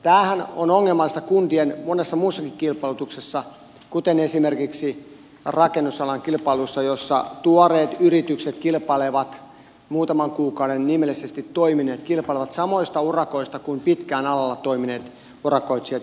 tämähän on ongelmallista kuntien monessa muussakin kilpailutuksessa kuten esimerkiksi rakennusalan kilpailussa jossa tuoreet yritykset muutaman kuukauden nimellisesti toimineet kilpailevat samoista urakoista kuin pitkään alalla toimineet urakoitsijat